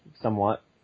somewhat